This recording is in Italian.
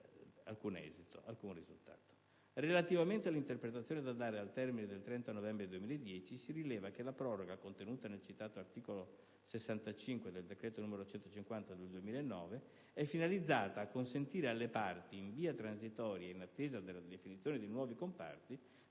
dato, finora, alcun esito. Relativamente all'interpretazione da dare al termine del 30 novembre 2010, si rileva che la proroga, contenuta nel citato articolo 65 del decreto legislativo n. 150 del 2009, è finalizzata a consentire alle parti, in via transitoria ed in attesa della definizione di nuovi comparti,